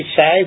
say